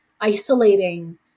isolating